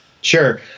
Sure